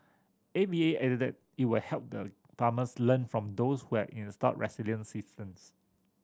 A V A added that it will help the farmers learn from those who have installed resilient systems